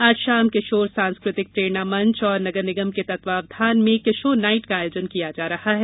आज शाम किशोर सांस्कृतिक प्रेरणा मंच और नगर निगम के तत्वावधान में आईसेक्ट किशोर नाईट का आयोजन किया जा रहा है